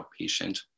Outpatient